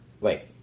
wait